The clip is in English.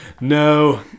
No